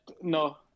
No